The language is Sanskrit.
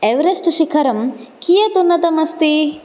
एवरेस्ट् शिखरं कियत् उन्नतम् अस्ति